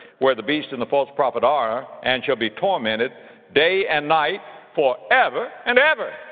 where the beast and the false prophet are, and shall be tormented day and night for ever and ever.